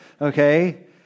Okay